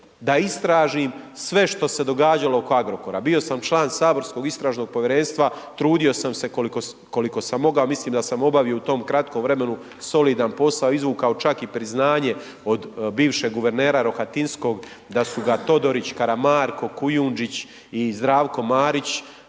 da istražim sve što se događalo oko Agrokora, bio sam član saborskog istražnog povjerenstva, trudio sam se koliko sam mogao, mislim da sam obavio u tom kratkom vremenu, solidan posao, izvukao čak i priznanje od bivšeg guvernera Rohatinskog da su ga Todorić, Kramarko, Kujundžić i Zdravko Marić